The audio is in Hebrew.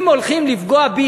אם הולכים לפגוע בי,